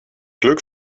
glück